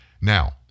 Now